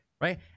right